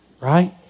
Right